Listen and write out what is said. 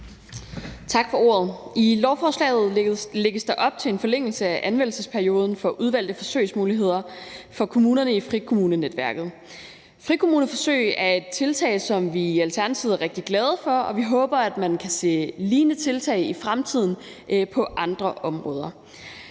Tak for ordet. I lovforslaget lægges der op til en forlængelse af anvendelsesperioden for udvalgte forsøgsmuligheder for kommunerne i frikommunenetværket. Frikommuneforsøg er et tiltag, som vi i Alternativet er rigtig glade for, og vi håber, at man kan se lignende tiltag i fremtiden på andre områder.